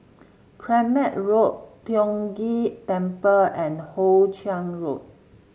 Kramat Road Tiong Ghee Temple and Hoe Chiang Road